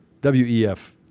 W-E-F